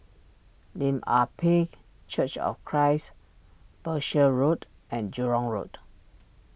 Lim Ah Pin Church of Christ Berkshire Road and Jurong Road